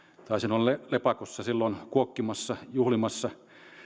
taisin olla lepakossa silloin kuokkimassa juhlimassa